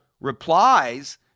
replies